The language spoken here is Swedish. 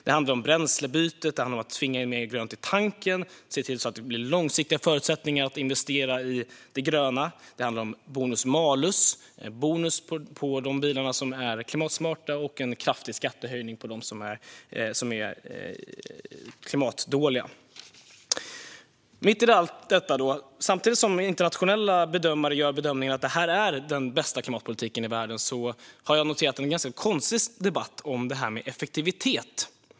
Det handlar om Bränslebytet, om att tvinga in mer grönt i tanken, om att se till att det blir långsiktiga förutsättningar för att investera i det gröna samt om bonus-malus, det vill säga bonus på klimatsmarta bilar och en kraftig skattehöjning på dem som är klimatdåliga. Samtidigt som internationella bedömare menar att detta är den bästa klimatpolitiken i världen har jag noterat en ganska konstig debatt om effektivitet.